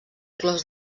clos